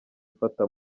ifata